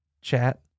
chat